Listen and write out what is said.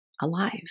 alive